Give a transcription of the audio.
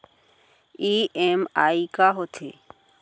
EMI का होथे?